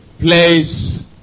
place